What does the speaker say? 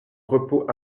repos